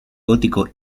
gótico